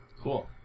cool